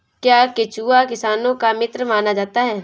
क्या केंचुआ किसानों का मित्र माना जाता है?